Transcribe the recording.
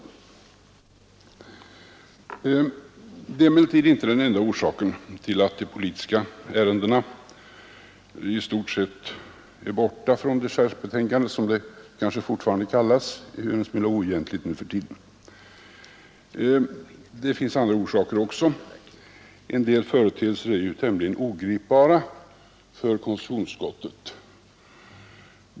Detta är emellertid inte den enda orsaken till att de politiska ärendena i stort sett är borta från dechargebetänkandet — som det kanske fortfarande kallas, ehuru en smula oegentligt nu för tiden. Det finns också andra orsaker. En del företeelser är ju tämligen ogripbara för konstitutionsutskottet.